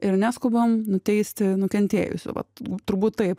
ir neskubam nuteisti nukentėjusių vat turbūt taip